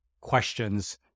questions